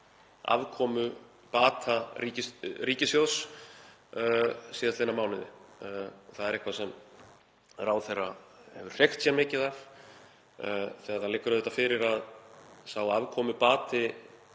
afkomubata ríkissjóðs síðastliðna mánuði. Það er eitthvað sem ráðherra hefur hreykt sér mikið af þegar það liggur auðvitað fyrir að sá afkomubati